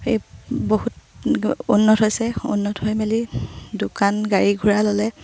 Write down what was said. এই বহুত উন্নত হৈছে উন্নত হৈ মেলি দোকান গাড়ী ঘোঁৰা ল'লে